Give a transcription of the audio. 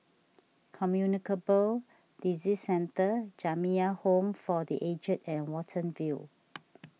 Communicable Disease Centre Jamiyah Home for the Aged and Watten View